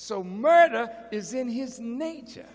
so murder is in his nature